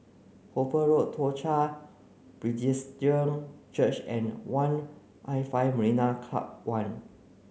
Hooper Road Toong Chai Church and One I five Marina Club One